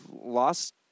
lost